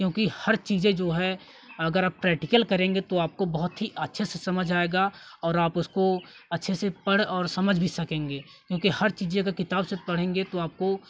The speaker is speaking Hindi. क्योंकि हर चीज़ें जो है अगर आप प्रेक्टिकल करेंगे तो आपको बहुत ही अच्छे से समझ आएगा और आप उसको अच्छे से पढ़ और समझ भी सकेंगे क्योंकि हर चीज़ें अगर किताब से पड़ेंगे तो आपको